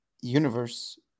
universe